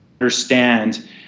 understand